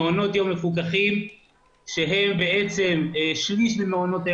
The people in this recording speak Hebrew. מעונות יום מפוקחים שהם בעצם שליש ממעונות היום